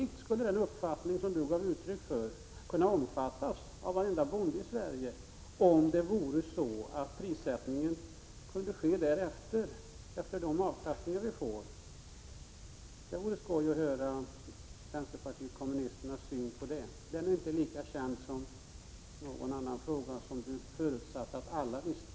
Sannolikt skulle den uppfattning som Jan Jennehag gav uttryck för kunna omfattas av varenda bonde i Sverige, om det vore så att prissättningen kunde ske därefter, med hänsyn till de avkastningar vi skulle få. Det vore roligt att höra vänsterpartiet kommunisternas syn på detta. Den är inte lika känd som när det gäller en annan fråga som Jan Jennehag förutsatte att alla kände till.